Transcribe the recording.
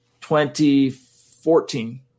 2014